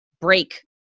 break